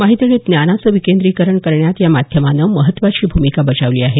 माहिती आणि ज्ञानाचं विकेंद्रकरण करण्यात या माध्यमानं महत्वाची भूमिका बजावली आहे